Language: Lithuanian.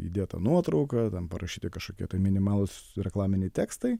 įdėjo tą nuotrauką ten parašyti kažkokie minimalūs reklaminiai tekstai